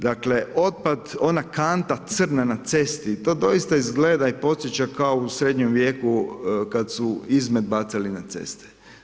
Dakle otpad, ona kanta crna na cesti, to doista izgleda i podsjeća kao u srednjem vijeku kad su izmet bacali na ceste.